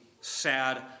sad